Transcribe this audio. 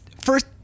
First